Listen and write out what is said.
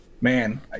man